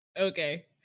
Okay